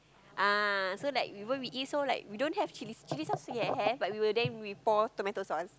ah so like we won't we eat so like we don't have have chill chill sauce still I have we will then we pour tomato sauce